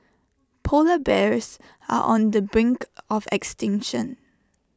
Polar Bears are on the brink of extinction